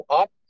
up